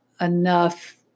enough